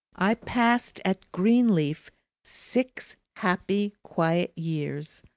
i passed at greenleaf six happy, quiet years.